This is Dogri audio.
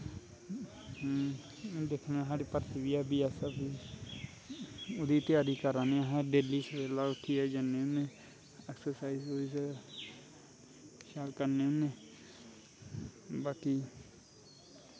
दिक्खना साढ़ी भर्थी बी ऐ बी ऐस ऐफ दी ओह्दा तैयारी करा ने अस डेल्ली सवेरै उट्ठियै जन्ने होनें ऐक्सर्साईज सूईज़ शैल करनें होनें बाकी